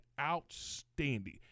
outstanding